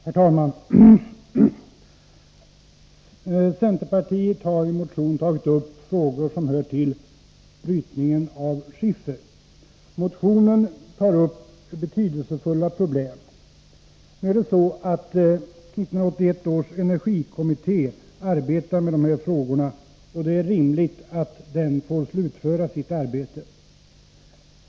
Herr talman! Centerpartiet har i en motion tagit upp frågor som gäller brytningen av skiffer. Motionen tar upp betydelsefulla problem. 1981 års energikommitté arbetar med de här frågorna, och det är rimligt att den får slutföra sitt arbete.